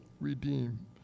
redeem